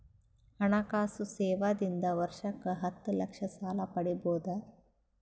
ಹಣಕಾಸು ಸೇವಾ ದಿಂದ ವರ್ಷಕ್ಕ ಹತ್ತ ಲಕ್ಷ ಸಾಲ ಪಡಿಬೋದ?